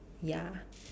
ya